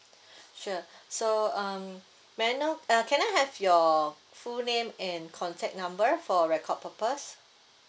sure so um may I know uh can I have your full name and contact number for record purpose